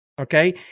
Okay